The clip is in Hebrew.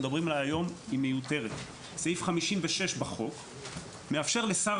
מדברים עליה היום היא מיותרת - סעיף 56 בחוק מאפשר לשר